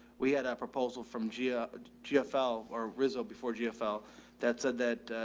we had a proposal from gea gfl or rizzo before gfl that's ah, that